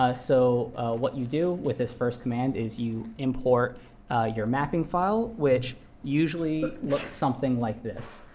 ah so what you do with this first command is you import your mapping file, which usually looks something like this.